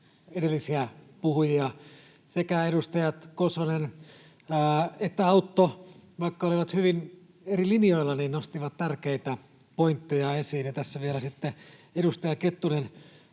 edellisiä puhujia. Sekä edustaja Kosonen että Autto, vaikka olivat hyvin eri linjoilla, nostivat tärkeitä pointteja esiin, ja tässä sitten vielä edustaja Kettunen